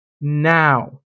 now